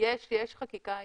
יש היום חקיקה בקנה.